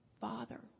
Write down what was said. father